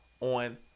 on